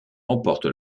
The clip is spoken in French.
remporte